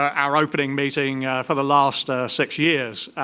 our our opening meeting for the last six years.